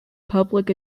public